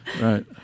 right